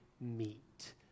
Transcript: meet